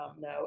No